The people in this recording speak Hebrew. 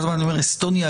אני מבין את הנקודה.